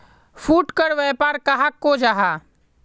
फुटकर व्यापार कहाक को जाहा?